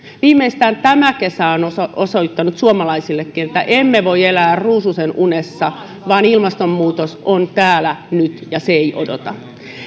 viimeistään tämä kesä on osoittanut suomalaisillekin että emme voi elää ruususenunessa vaan ilmastonmuutos on täällä nyt ja se ei odota